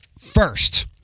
First